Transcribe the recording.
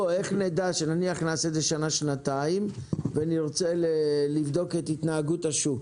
נניח שנעשה את זה שנה-שנתיים ונרצה לבדוק את התנהגות השוק.